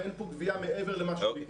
ואין פה גבייה מעבר למה שהוא ביקש.